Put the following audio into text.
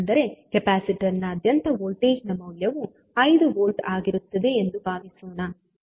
ಅಂದರೆ ಕೆಪಾಸಿಟರ್ನಾ ದ್ಯಂತ ವೋಲ್ಟೇಜ್ ನ ಮೌಲ್ಯವು 5 ವೋಲ್ಟ್ ಆಗಿರುತ್ತದೆ ಎಂದು ಭಾವಿಸೋಣ